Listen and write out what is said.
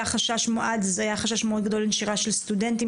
היה חשש מאוד גדול עם נשירה של סטודנטים